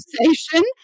conversation